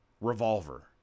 revolver